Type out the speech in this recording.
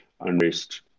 unrest